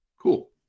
Cool